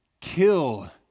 Kill